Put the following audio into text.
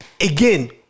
again